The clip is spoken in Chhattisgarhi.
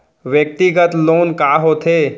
व्यक्तिगत लोन का होथे?